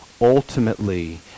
ultimately